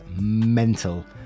mental